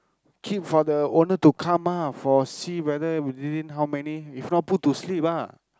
keep for the owner to come ah for see whether within how many if not put to sleep ah